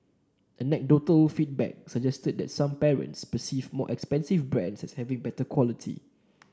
anecdotal feedback suggested that some parents perceive more expensive brands as having better quality